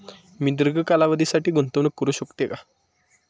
मी दीर्घ कालावधीसाठी गुंतवणूक करू शकते का?